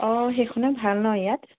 অ সেইখনেই ভাল ন' ইয়াত